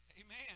Amen